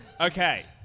Okay